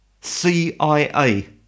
CIA